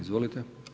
Izvolite.